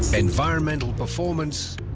environmental performance,